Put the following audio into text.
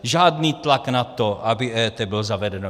Žádný tlak na to, aby EET bylo zavedeno.